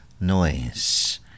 Noise